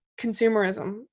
consumerism